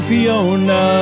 Fiona